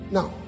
Now